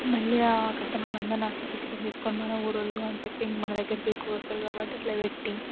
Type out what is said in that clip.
మళ్ళీ ఆ కస్టమర్లు అందరినీ ఆకర్షితులని చేసుకుని మన ఊరి వాళ్ళు అని చెప్పి ఇంక మన దగ్గరకి ఎక్కువ వస్తారు కాబట్టి అట్లా పెట్టి